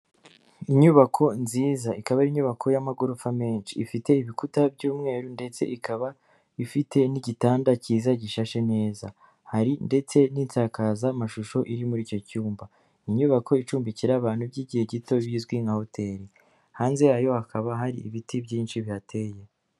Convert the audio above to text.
Inyubako nziza ikaba ari inyubako y'amagorofa menshi, ifite ibikuta by'umweru ndetse ikaba ifite n'igitanda cyiza gishashe neza, hari ndetse n'insakazamashusho iri muri icyo cyumba. Inyubako icumbikira abantu by'igihe gito izwi nka hoteli hanze yayo hakaba hari ibiti byinshi bihateye.